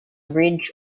bridge